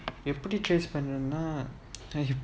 எப்படிபண்ணுவீங்கன்னா trace பண்ணுவீன்னா